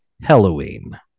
Halloween